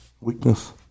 weakness